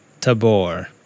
Tabor